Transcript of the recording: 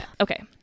Okay